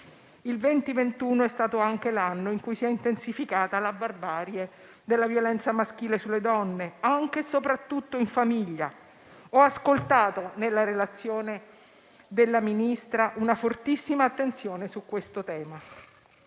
Il 2021 è stato anche l'anno in cui si è intensificata la barbarie della violenza maschile sulle donne, anche e soprattutto in famiglia. Ho riscontrato nella relazione della Ministra una fortissima attenzione su questo tema,